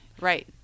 Right